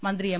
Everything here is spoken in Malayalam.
മന്ത്രി എം